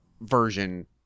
version